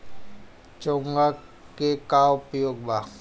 चोंगा के का उपयोग बा?